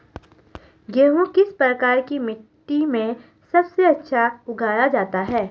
गेहूँ किस प्रकार की मिट्टी में सबसे अच्छा उगाया जाता है?